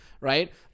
right